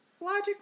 logic